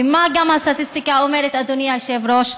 ומה עוד הסטטיסטיקה אומרת אדוני היושב-ראש?